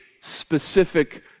specific